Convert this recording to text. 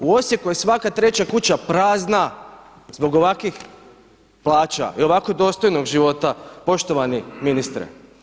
U Osijeku je svaka treća kuća prazna zbog ovakvih plaća i ovako dostojnog života, poštovani ministre.